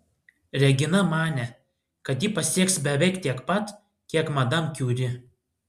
regina manė kad ji pasieks beveik tiek pat kiek madam kiuri